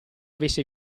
avesse